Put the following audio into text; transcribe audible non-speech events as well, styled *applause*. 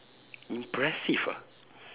*noise* impressive ah